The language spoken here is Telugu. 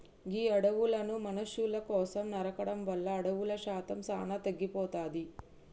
గీ అడవులను మనుసుల కోసం నరకడం వల్ల అడవుల శాతం సానా తగ్గిపోతాది